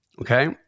Okay